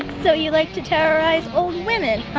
so, you like to terrorize old women,